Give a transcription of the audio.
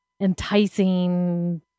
enticing